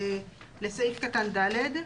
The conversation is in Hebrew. לסעיף קטן (ד).